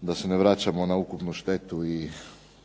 da se ne vraćamo na ukupnu štetu i